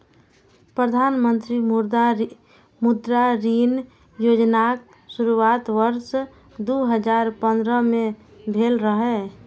प्रधानमंत्री मुद्रा ऋण योजनाक शुरुआत वर्ष दू हजार पंद्रह में भेल रहै